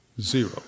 Zero